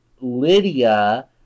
Lydia